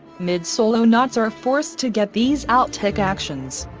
mid solo nots are forced to get these out-tech actions,